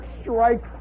strike